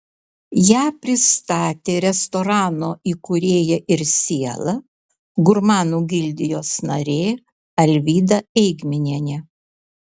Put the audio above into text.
ją pristatė restorano įkūrėja ir siela gurmanų gildijos narė alvyda eigminienė